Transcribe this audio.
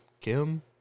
Kim